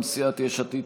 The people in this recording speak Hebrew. מטעם סיעת יש עתיד-תל"ם,